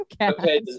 Okay